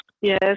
yes